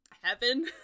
heaven